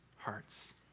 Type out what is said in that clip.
hearts